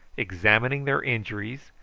examining their injuries,